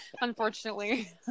unfortunately